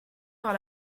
par